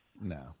No